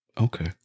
Okay